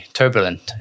turbulent